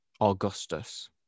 Augustus